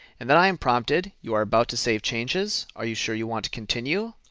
and then i am prompted, you are about to save changes, are you sure you want to continue?